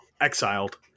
exiled